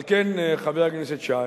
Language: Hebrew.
חייבים, חברי חברי הכנסת,